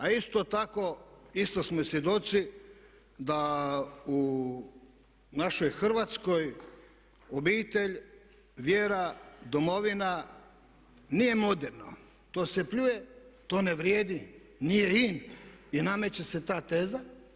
A isto tako isto smo svjedoci da u našoj Hrvatskoj obitelj, vjera, domovina nije moderno, to se pljuje, to ne vrijedi, nije in i nameće se ta teza.